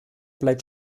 bleibt